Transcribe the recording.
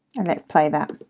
and let's play that.